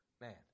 man